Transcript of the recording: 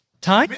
time